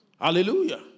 Hallelujah